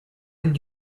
did